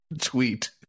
tweet